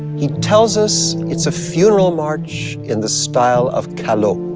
he tells us it's a funeral march in the style of callot,